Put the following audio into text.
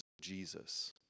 Jesus